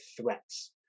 threats